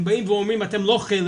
הם באים ואומרים אתם לא חלק,